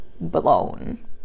blown